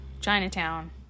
Chinatown